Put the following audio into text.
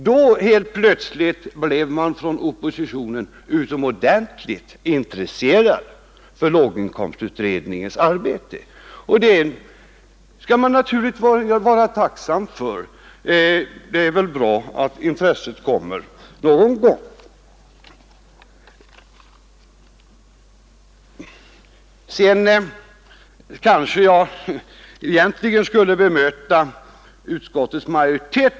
Då blev man från oppositionen helt plötsligt utomordentligt intresserad av låginkomstutredningens arbete. Och det skall vi naturligtvis vara tacksamma för — det är väl bra att intresset kommer någon gång. Sedan kanske jag egentligen skulle bemöta utskottets majoritet.